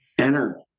enter